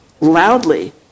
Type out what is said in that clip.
loudly